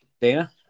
Dana